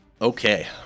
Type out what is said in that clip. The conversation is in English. Okay